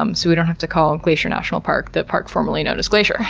um so we don't have to call glacier national park the park formerly known as glacier